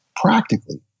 practically